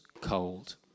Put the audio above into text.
cold